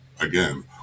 again